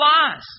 lies